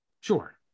Sure